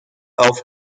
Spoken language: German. auf